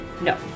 No